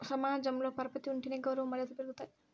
సమాజంలో పరపతి ఉంటేనే గౌరవ మర్యాదలు పెరుగుతాయి